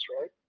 right